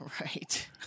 right